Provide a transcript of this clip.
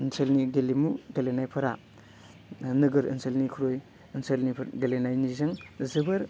ओनसोलनि गेलेमु गेलेनायफोरा नोगोर ओनसोलनिख्रुइ ओनसोलनिफोर गेलेनायनिजों जोबोर